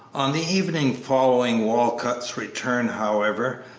on the evening following walcott's return, however,